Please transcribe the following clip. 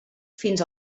fins